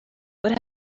what